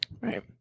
Right